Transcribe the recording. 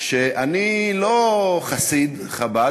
ואני לא חסיד חב"ד,